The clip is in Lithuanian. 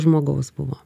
žmogaus buvo